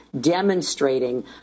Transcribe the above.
demonstrating